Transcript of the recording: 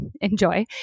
enjoy